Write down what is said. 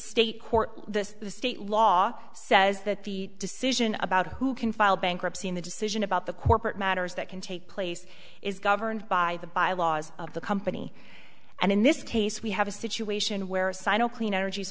the state law says that the decision about who can file bankruptcy in the decision about the corporate matters that can take place is governed by the bylaws of the company and in this case we have a situation where a sino clean energy